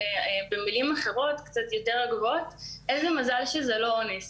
במילים אחרות קצת יותר גבוהות: איזה מזל שזה לא אונס.